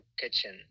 kitchen